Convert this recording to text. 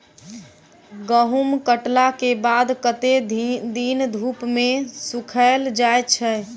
गहूम कटला केँ बाद कत्ते दिन धूप मे सूखैल जाय छै?